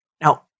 Now